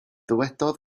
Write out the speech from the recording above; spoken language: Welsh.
dywedodd